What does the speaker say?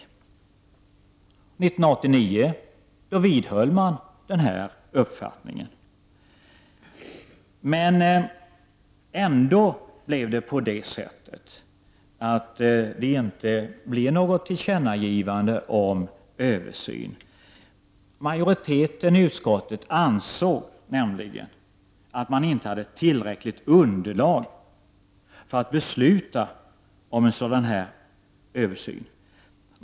År 1989 vidhöll man den uppfattningen, men ändå blev det inte något tillkännagivande om en översyn. Majoriteten i utskottet ansåg nämligen att man inte hade tillräckligt underlag för att besluta om en sådan här översyn.